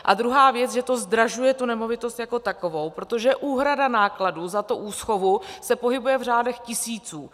A druhá věc, že to zdražuje nemovitost jako takovou, protože úhrada nákladů za úschovu se pohybuje v řádech tisíců.